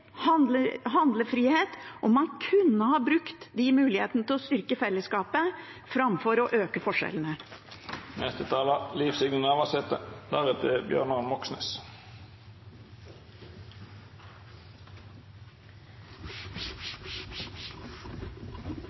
handlefrihet, og man kunne ha brukt de mulighetene til å styrke fellesskapet framfor å øke